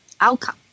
outcome